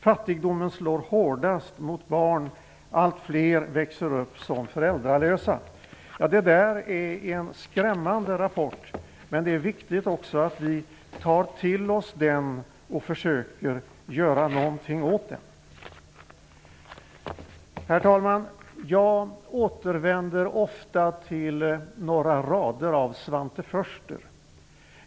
Fattigdomen slår hårdast mot barn, och allt fler växer upp som föräldralösa. Det är en skrämmande rapport, men det är viktigt att vi tar till oss den och försöker göra någonting åt förhållandena. Herr talman! Jag återvänder ofta till några rader av Svante Foerster.